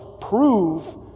prove